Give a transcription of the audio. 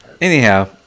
Anyhow